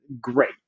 Great